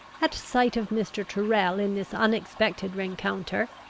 at sight of mr. tyrrel in this unexpected rencounter,